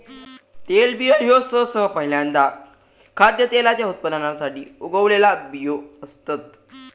तेलबियो ह्यो सहसा पहील्यांदा खाद्यतेलाच्या उत्पादनासाठी उगवलेला बियो असतत